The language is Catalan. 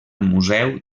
museu